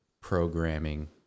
programming